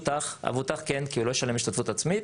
המבוטח כן, כי הוא לא ישלם השתתפות עצמית.